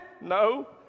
No